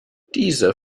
diese